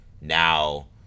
now